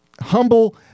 humble